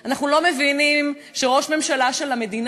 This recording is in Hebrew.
אנחנו לא מבינים שראש הממשלה של המדינה